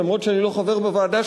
אף שאני לא חבר בוועדה,